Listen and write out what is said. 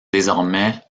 désormais